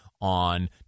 on